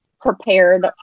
prepared